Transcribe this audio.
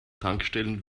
tankstellen